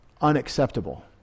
unacceptable